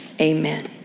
Amen